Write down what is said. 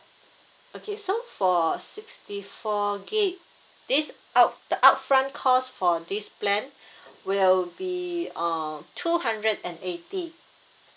okay so for sixty four gig this up~ the upfront cost for this plan will be uh two hundred and eighty